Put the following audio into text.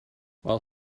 while